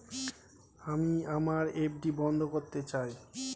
আমি আমার এফ.ডি বন্ধ করতে চাই